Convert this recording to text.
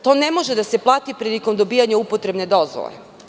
To ne može da se plati prilikom dobijanja upotrebne dozvole.